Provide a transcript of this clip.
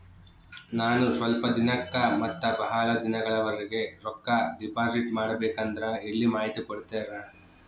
ನಾನು ಸ್ವಲ್ಪ ದಿನಕ್ಕ ಮತ್ತ ಬಹಳ ದಿನಗಳವರೆಗೆ ರೊಕ್ಕ ಡಿಪಾಸಿಟ್ ಮಾಡಬೇಕಂದ್ರ ಎಲ್ಲಿ ಮಾಹಿತಿ ಕೊಡ್ತೇರಾ?